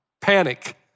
panic